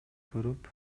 көрүп